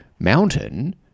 mountain